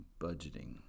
budgeting